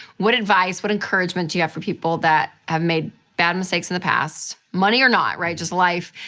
what advice, what encouragement do you have for people that have made bad mistakes in the past? money or not, right? just life.